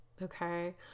okay